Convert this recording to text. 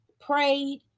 prayed